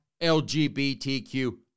LGBTQ